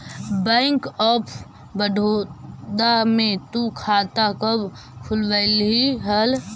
bank of Baroda में तु खाता कब खुलवैल्ही हल